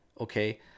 Okay